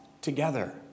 together